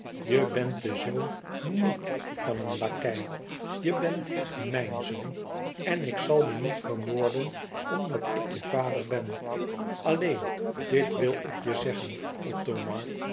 je bent de zoon niet van een lakei je bent mijn zoon en ik zal je niet vermoorden omdat ik je vader ben alleen dit wil ik je zeggen